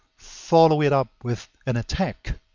follow it up with an attack,